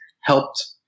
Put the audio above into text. helped